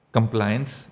Compliance